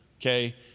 okay